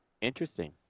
Interesting